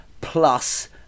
plus